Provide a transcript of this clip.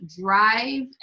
drive